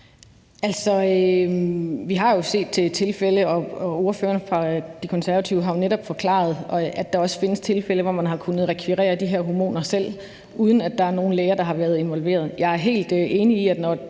vi har set tilfælde, og ordføreren for De Konservative har jo netop forklaret, at der også findes tilfælde, hvor man har kunnet rekvirere de her hormoner selv, uden at der er nogen læger, der har været involveret. Jeg er helt enig i, at når